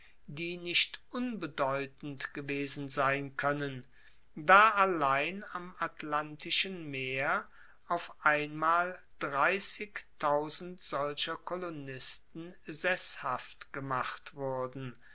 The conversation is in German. die nicht unbedeutend gewesen sein koennen da allein am atlantischen meer auf einmal solcher kolonisten sesshaft gemacht wurden